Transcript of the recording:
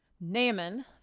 Naaman